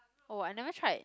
oh I never tried